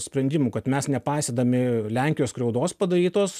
sprendimų kad mes nepaisydami lenkijos skriaudos padarytos